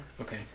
Okay